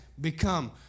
become